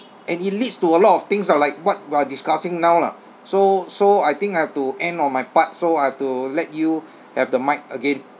and it leads to a lot of things ah like what we're discussing now lah so so I think I have to end on my part so I have to let you have the mike again